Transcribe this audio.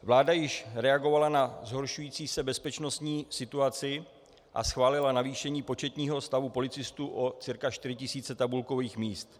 Vláda již reagovala na zhoršující se bezpečnostní situaci a schválila navýšení početního stavu policistů o cca 4000 tabulkových míst.